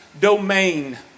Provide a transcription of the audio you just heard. domain